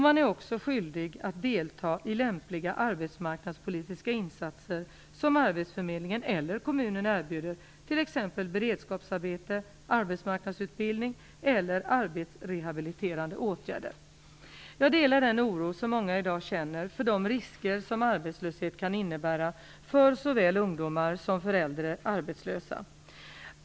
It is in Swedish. Man är också skyldig att delta i lämpliga arbetsmarknadspolitiska insatser som arbetsförmedlingen eller kommunen erbjuder, t.ex. beredskapsarbete, arbetsmarknadsutbildning eller arbetsrehabiliterande åtgärder. Jag delar den oro som många i dag känner för de risker som arbetslöshet kan innebära för såväl ungdomar som äldre arbetslösa.